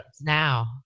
now